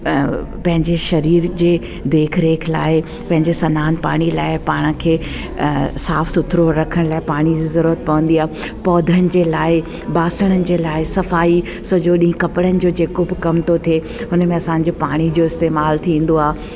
पंहिंजे शरीर जे देख रेख लाइ पंहिंजे सनानु पाणी लाइ पाण खे साफ़ सुथिरो रखण लाइ पाणी जी ज़रूरुत पवंदी आहे पौधनि जे लाइ बासणनि जे लाइ सफ़ाई सॼो ॾींहुं कपड़नि जो जेको बि कमु थो थिए हुन में असांजो पाणी जो इस्तेमालु थींदो आहे